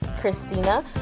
Christina